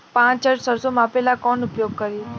पाँच टन सरसो मापे ला का उपयोग करी?